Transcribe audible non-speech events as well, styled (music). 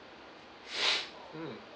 (noise) mm